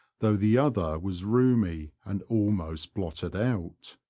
though the other was rheumy, and almost blotted out.